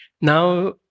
Now